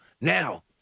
Now